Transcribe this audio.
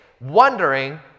wondering